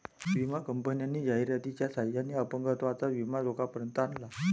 विमा कंपन्यांनी जाहिरातीच्या सहाय्याने अपंगत्वाचा विमा लोकांपर्यंत आणला